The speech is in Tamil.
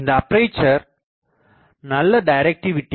இந்த அப்பேசர் நல்ல டைரக்டிவிடிdirectivity